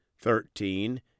Thirteen